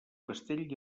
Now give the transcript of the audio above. castell